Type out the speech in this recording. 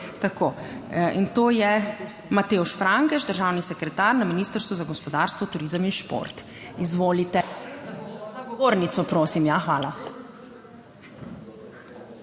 Vlade, to je Matevžu Frangežu, državnemu sekretarju na Ministrstvu za gospodarstvo, turizem in šport. Izvolite. Za govornico, prosim. Hvala.